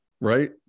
right